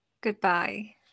Goodbye